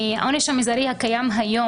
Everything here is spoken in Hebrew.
נעשה תיקון לגבי הבניית שיקול הדעת בכלל בחוק